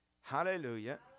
Hallelujah